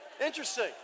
interesting